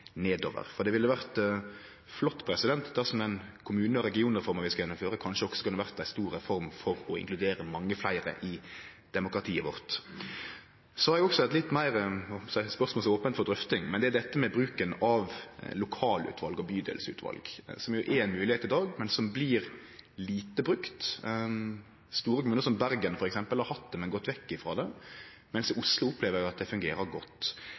nedover. Det ville ha vore flott dersom den kommune- og regionreforma vi skal gjennomføre, også kunne ha vore ei stor reform for å inkludere mange fleire i demokratiet vårt. Så har eg også eit spørsmål som er litt meir, eg heldt på å seie, ope for drøfting. Det går på bruken av lokalutval og bydelsutval, som er ei moglegheit i dag, men som blir lite brukt. Store kommunar som Bergen f.eks. har hatt det, men gått vekk frå det, mens i Oslo opplever ein at det fungerer godt.